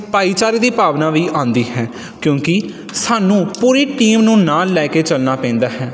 ਭਾਈਚਾਰੇ ਦੀ ਭਾਵਨਾ ਵੀ ਆਉਂਦੀ ਹੈ ਕਿਉਂਕਿ ਸਾਨੂੰ ਪੂਰੀ ਟੀਮ ਨੂੰ ਨਾਲ ਲੈ ਕੇ ਚੱਲਣਾ ਪੈਂਦਾ ਹੈ